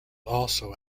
also